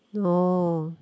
no